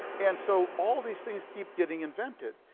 and so all these things keep getting invented,